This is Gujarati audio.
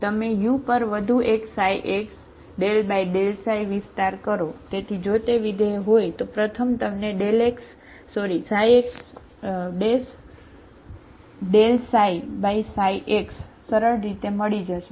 તમે u પર વધુ એક ξx વિસ્તાર હોય તો પ્રથમ તમને ξx ∂ ξx સરળ રીતે મળી જશે